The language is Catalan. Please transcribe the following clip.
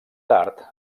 tard